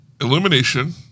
Illumination